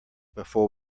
before